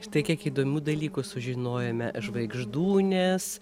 štai kiek įdomių dalykų sužinojome žvaigždūnės